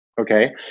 Okay